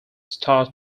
star